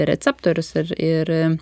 receptorius ir ir